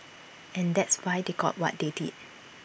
and that's why they got what they did